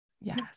Yes